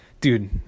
Dude